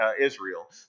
Israel